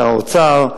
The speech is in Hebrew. שר האוצר,